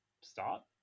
start